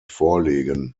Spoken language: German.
vorlegen